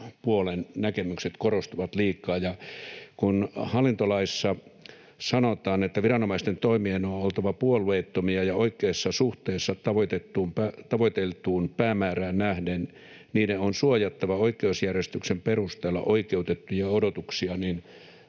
näkemykset korostuvat liikaa. Hallintolaissa sanotaan, että viranomaisten toimien on oltava puolueettomia ja oikeassa suhteessa tavoiteltuun päämäärään nähden ja niiden on suojattava oikeusjärjestyksen perusteella oikeutettuja odotuksia, ja